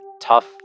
tough